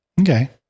Okay